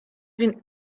been